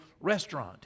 restaurant